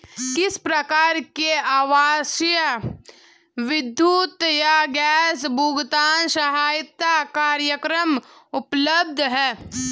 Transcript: किस प्रकार के आवासीय विद्युत या गैस भुगतान सहायता कार्यक्रम उपलब्ध हैं?